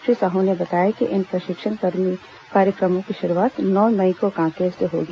श्री साहू ने बताया इन प्रशिक्षण कार्यक्रमों की शुरूआत नौ मई को कांकेर से होगी